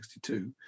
1962